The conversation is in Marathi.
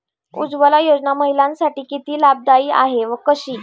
उज्ज्वला योजना महिलांसाठी किती लाभदायी आहे व कशी?